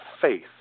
faith